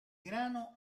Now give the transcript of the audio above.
grano